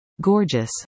Gorgeous